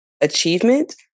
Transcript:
achievement